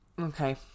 okay